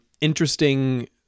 interesting